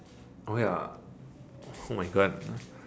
oh ya oh my god